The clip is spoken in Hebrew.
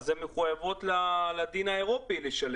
הן מחויבות לשלם לפי הדין האירופאי.